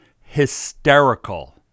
hysterical